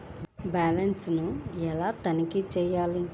Balance ఎలా తనిఖీ చేయాలి?